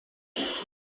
leta